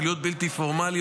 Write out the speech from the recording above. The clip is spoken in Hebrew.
בפעילויות בלתי פורמליות,